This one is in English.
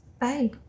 bye